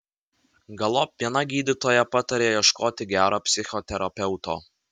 galop viena gydytoja patarė ieškoti gero psichoterapeuto